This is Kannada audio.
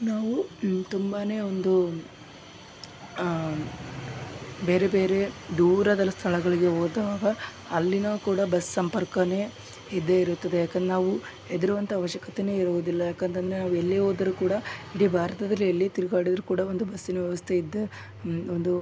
ನಾವು ತುಂಬಾ ಒಂದು ಬೇರೆ ಬೇರೆ ದೂರದ ಸ್ಥಳಗಳಿಗೆ ಹೋದಾಗ ಅಲ್ಲಿನ ಕೂಡ ಬಸ್ ಸಂಪರ್ಕನೆ ಇದ್ದೇ ಇರುತ್ತದೆ ಯಾಕಂದ್ರ್ ನಾವು ಹೆದ್ರುವಂಥ ಅವಶ್ಯಕತೆನೇ ಇರುವುದಿಲ್ಲ ಯಾಕಂತಂದರೆ ನಾವು ಎಲ್ಲೇ ಹೋದರೂ ಕೂಡ ಇಡೀ ಭಾರತದಲ್ಲಿ ಎಲ್ಲಿ ತಿರ್ಗಾಡಿದರೂ ಕೂಡ ಒಂದು ಬಸ್ಸಿನ ವ್ಯವಸ್ಥೆ ಇದ್ದ ಒಂದು